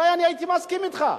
אולי אני הייתי מסכים אתך.